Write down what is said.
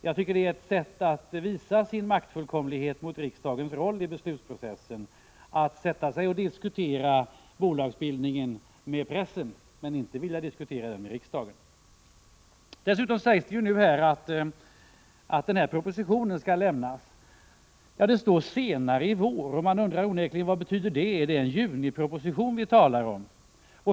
Jag tycker att det är ett sätt att visa sin maktfullkomlighet mot riksdagens roll i beslutsprocessen att diskutera bolagsbildningen med pressen men inte vilja göra det i riksdagen. Dessutom sägs det att propositionen skall lämnas ”senare i vår”. Man undrar onekligen vad detta betyder. Är det en juniproposition vi talar om?